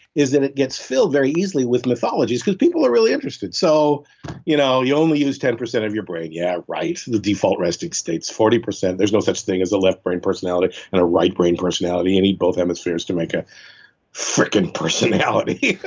is that it gets filled very easily with mythology, it's because people are really interested. so you know you only use ten percent of your brain yeah, right. the default resting states, forty percent. there's no such thing as a left-brain personality and the right-brain personality. you need both hemispheres to make a freaking personality.